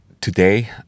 today